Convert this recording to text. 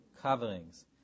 coverings